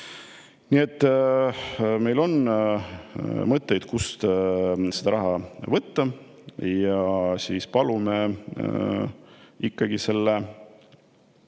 Nii et meil on mõtteid, kust seda raha võtta. Palume ikkagi selle